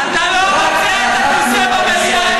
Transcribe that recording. אתה לא מוצא את הכיסא במליאה.